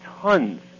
tons